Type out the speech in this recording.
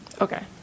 okay